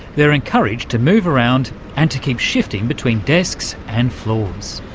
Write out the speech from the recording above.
they're encouraged to move around and to keep shifting between desks and floors.